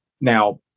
now